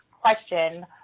question